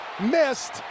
missed